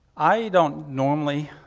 i don't normally